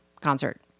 concert